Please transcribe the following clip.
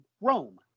Rome